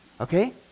Okay